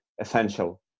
essential